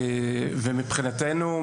מבחינתנו,